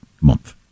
month